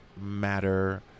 matter